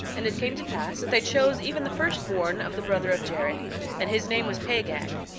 and it came to pass that they chose even the firstborn of the brother of jared and his name was pagag.